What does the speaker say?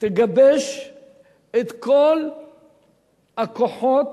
תגבש את כל הכוחות